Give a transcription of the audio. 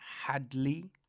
Hadley